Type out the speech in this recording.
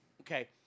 Okay